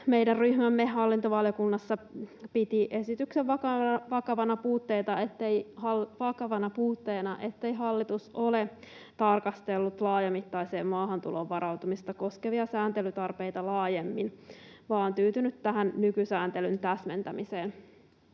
meidän ryhmämme hallintovaliokunnassa piti esityksen vakavana puutteena, ettei hallitus ole tarkastellut laajamittaiseen maahantuloon varautumista koskevia sääntelytarpeita laajemmin, vaan on tyytynyt tähän nykysääntelyn täsmentämiseen.